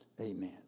Amen